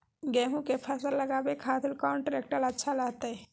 गेहूं के फसल लगावे खातिर कौन ट्रेक्टर अच्छा रहतय?